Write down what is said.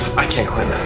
i can't climb